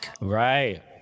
Right